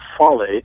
folly